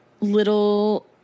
little